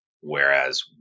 whereas